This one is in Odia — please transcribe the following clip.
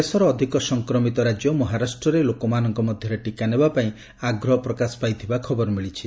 ଦେଶର ଅଧିକ ସଂକ୍ରମିତ ରାଜ୍ୟ ମହାରାଷ୍ଟ୍ରରେ ଲୋକମାନଙ୍କ ମଧ୍ୟରେ ଟିକା ନେବାପାଇଁ ଆଗ୍ରହ ପ୍ରକାଶ ପାଇଥିବା ଖବର ମିଳିଛି